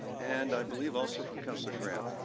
and i believe also from councillor graham.